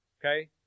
Okay